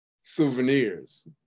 souvenirs